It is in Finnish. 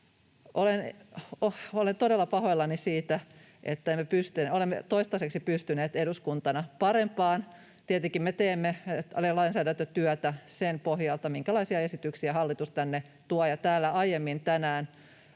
Olen todella pahoillani siitä, että emme ole toistaiseksi pystyneet eduskuntana parempaan. Tietenkin me teemme paljon lainsäädäntötyötä sen pohjalta, minkälaisia esityksiä hallitus tänne tuo. Täällä aiemmin tänään